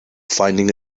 finding